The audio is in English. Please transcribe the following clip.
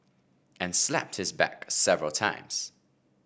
and slapped his back several times